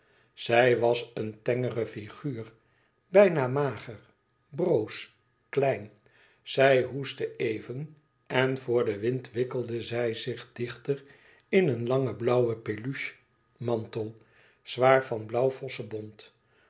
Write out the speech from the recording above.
zij was een tengere figuur bijna mager broos klein zij hoestte even en voor den wind wikkelde zij zich dichter in een langen blauwen peluche mantel zwaar van blauw vossebont